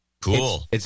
Cool